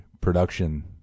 production